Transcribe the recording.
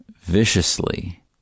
viciously